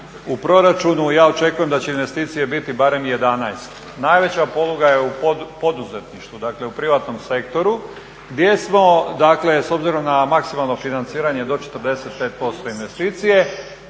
u proračunu ja očekujem da će investicije biti barem 11. Najveća poluga je u poduzetništvu, dakle u privatnom sektoru gdje smo dakle s obzirom na maksimalno financiranje do 45% investicije